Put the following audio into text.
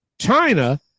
China